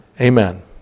Amen